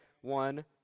one